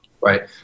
Right